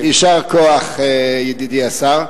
יישר כוח, ידידי השר.